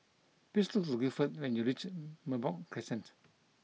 please look for Guilford when you reach Merbok Crescent